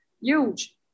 huge